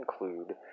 include